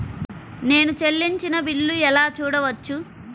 నేను చెల్లించిన బిల్లు ఎలా చూడవచ్చు?